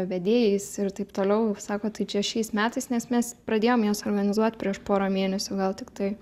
vedėjais ir taip toliau sako tai čia šiais metais nes mes pradėjom jas organizuot prieš porą mėnesių gal tik tai